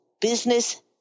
business